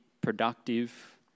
productive